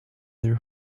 their